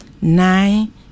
nine